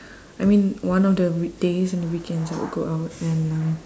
I mean one of the weekdays and the weekends I would go out and um